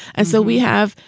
and so we have,